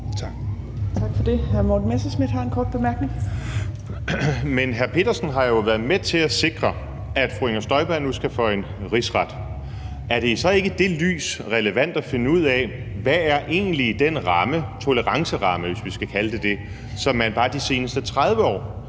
Kl. 14:46 Morten Messerschmidt (DF): Men hr. Rasmus Helveg Petersen har jo været med til at sikre, at fru Inger Støjberg nu skal for en rigsret. Er det så ikke i det lys relevant at finde ud af: Hvad er egentlig den ramme, den toleranceramme, hvis vi skal kalde den det, som man i bare de seneste 30 år